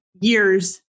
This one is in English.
years